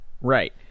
Right